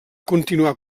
continuar